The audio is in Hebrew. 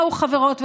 ציונית.